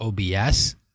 OBS